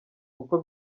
kuko